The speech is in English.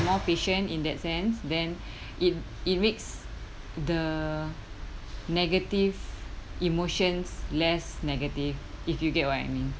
more patient in that sense then it it makes the negative emotions less negative if you get what I mean